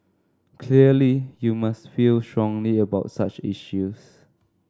clearly you must feel strongly about such issues